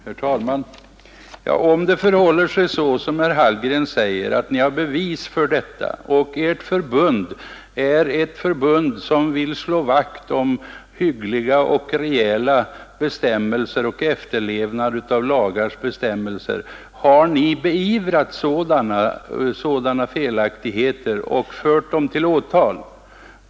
Herr talman! Om det är riktigt som herr Hallgren säger, att ni har bevis för detta, och om ert förbund vill slå vakt kring rejäla bestämmelser och efterlevnaden av dessa, har ni då beivrat dessa saker och fört dem till åtal?